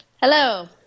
Hello